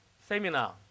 seminar